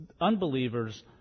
unbelievers